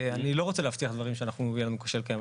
אני לא רוצה להבטיח דברים שיהיה לנו קשה לקיים.